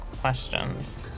questions